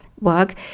work